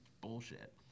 bullshit